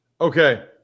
Okay